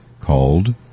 called